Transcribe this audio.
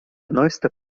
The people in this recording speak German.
neueste